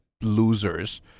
Losers